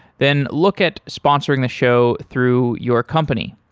then look at sponsoring the show through your company.